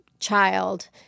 child